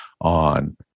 on